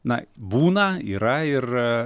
na būna yra ir